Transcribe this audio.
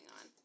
on